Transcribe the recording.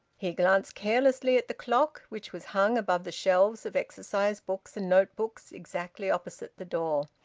he glanced carelessly at the clock, which was hung above the shelves of exercise-books and notebooks, exactly opposite the door.